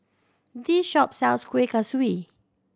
this shop sells Kueh Kaswi